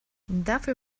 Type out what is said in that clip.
dafür